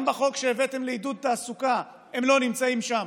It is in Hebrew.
גם בחוק שהבאתם לעידוד תעסוקה הם לא נמצאים שם,